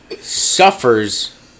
suffers